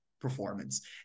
performance